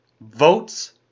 Votes